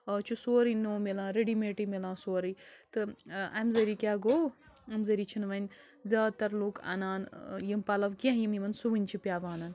آز چھُ سورُے نوٚو مِلان ریٚڈی میٹٕے مِلان سورُے تہٕ اَمہِ ذٔریعہِ کیٛاہ گوٚو اَمہِ ذٔریعہِ چھِنہٕ وَنہِ زیادٕ تر لُکھ اَنان یِم پَلو کیٚنٛہہ یِم یِمن سُوٕنۍ چھِ پٮ۪وان